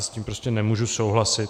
S tím prostě nemůžu souhlasit.